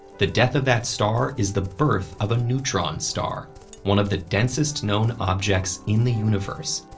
the death of that star is the birth of a neutron star one of the densest known objects in the universe,